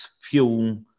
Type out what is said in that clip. fuel